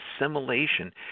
assimilation